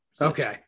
Okay